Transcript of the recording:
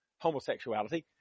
homosexuality